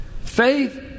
Faith